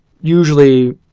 usually